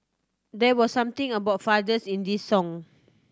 there was something about fathers in this song